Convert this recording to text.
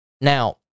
Now